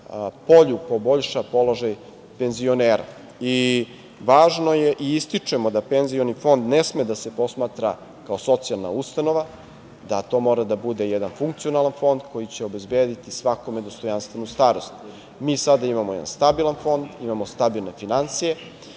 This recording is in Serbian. polju poboljša položaj penzionera. Važno je i ističemo da penzijski fond ne sme da se posmatra kao socijalna ustanova, da to mora da bude jedan funkcionalan fond koji će obezbediti svakome dostojanstvenu starost. Mi sada imamo jedan stabilan fond, imamo stabilne finansije